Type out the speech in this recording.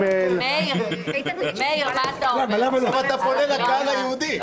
עכשיו אתה פונה לקהל היהודי.